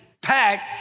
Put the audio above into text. packed